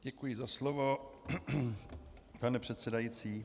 Děkuji za slovo, pane předsedající.